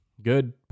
good